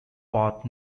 part